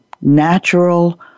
natural